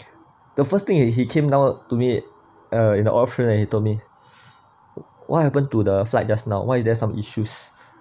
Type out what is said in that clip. the first thing he he came down to meet uh in the ops room and he told me what happened to the flight just now why is there some issues